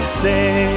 say